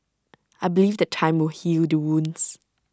I believe that time will heal the wounds